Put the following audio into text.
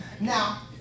Now